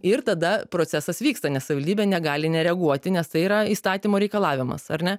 ir tada procesas vyksta nes savivaldybė negali nereaguoti nes tai yra įstatymo reikalavimas ar ne